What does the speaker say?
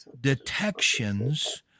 detections